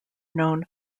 known